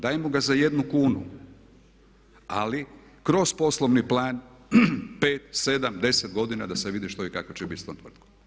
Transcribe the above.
Dajemo ga za jednu kunu, ali kroz poslovni plan 5, 7, 10 godina da se vidi što i kako će biti s tom tvrtkom.